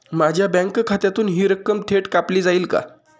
माझ्या बँक खात्यातून हि रक्कम थेट कापली जाईल का?